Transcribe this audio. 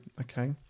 Okay